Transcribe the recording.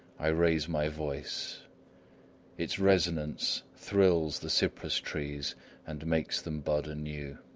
i raise my voice its resonance thrills the cypress trees and makes them bud anew.